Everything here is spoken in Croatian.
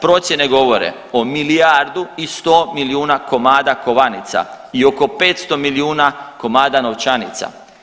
Procjene govore o milijardu i 100 milijuna komada kovanica i oko 500 milijuna komada novčanica.